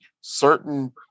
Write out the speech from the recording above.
certain